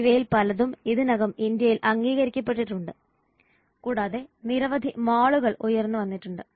ഇവയിൽ പലതും ഇതിനകം ഇന്ത്യയിൽ അംഗീകരിക്കപ്പെട്ടിട്ടുണ്ട് കൂടാതെ നിരവധി മാളുകൾ ഉയർന്നുവന്നിട്ടുണ്ട്